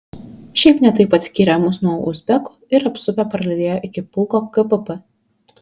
šiaip ne taip atskyrė mus nuo uzbekų ir apsupę parlydėjo iki pulko kpp